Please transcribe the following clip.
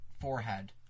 forehead